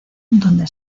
donde